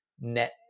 net